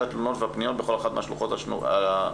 התלונות והפניות בכל אחת מהשלוחות השונות,